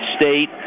State